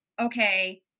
okay